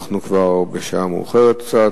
אנחנו כבר בשעה מאוחרת קצת,